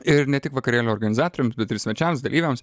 ir ne tik vakarėlio organizatoriams bet ir svečiams dalyviams